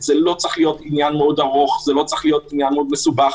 עוד לפני שפורסם התזכיר.